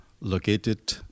located